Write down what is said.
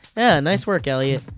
and nice work, elliott.